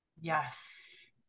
Yes